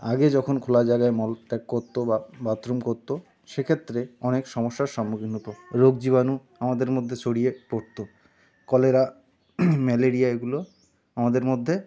আগে যখন খোলা জায়গায় মলত্যাগ করতো বা বাথরুম করতো সেক্ষেত্রে অনেক সমস্যার সম্মুখীন হতো রোগ জীবাণু আমাদের মধ্যে ছড়িয়ে পড়তো কলেরা ম্যালেরিয়া এগুলো আমাদের মধ্যে